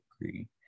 agree